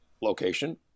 location